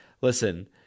Listen